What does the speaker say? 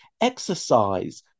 exercise